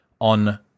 on